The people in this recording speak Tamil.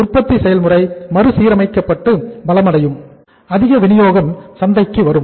உற்பத்தி செயல்முறை மறுசீரமைக்கப்பட்டு பலமடையும் அதிக வினியோகம் சந்தைக்கு வரும்